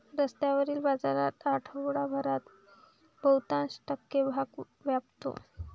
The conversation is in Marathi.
रस्त्यावरील बाजार आठवडाभरात बहुतांश पक्के भाग व्यापतो